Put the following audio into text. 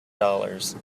dollars